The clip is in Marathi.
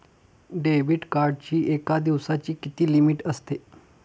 डेबिट कार्डची एका दिवसाची किती लिमिट असते?